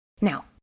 Now